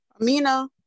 Amina